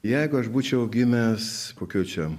jeigu aš būčiau gimęs kokioj čia